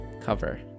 cover